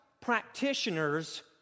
practitioners